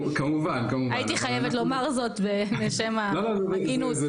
הייתי חייבת לומר זאת, לשם הכינוס.